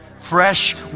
Fresh